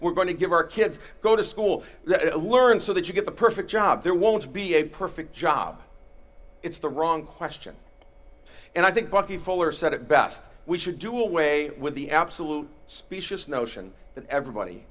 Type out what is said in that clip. we're going to give our kids go to school let learn so that you get the perfect job there won't be a perfect job it's the wrong question and i think bucky fuller said it best we should do away with the absolute specious notion that everybody